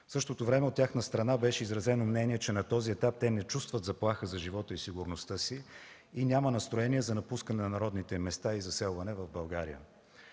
В същото време от тяхна страна беше изразено мнение, че на този етап те не чувстват заплаха за живота и сигурността си и няма настроения за напускане на родните им места и заселване в България.